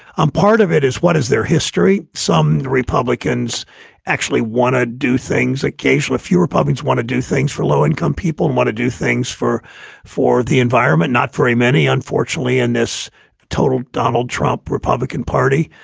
i'm part of it is what is their history? some republicans actually want to do things occasionally. a few republicans want to do things for low income people and want to do things for for the environment, not for a many, unfortunately. and this total. donald trump, republican party.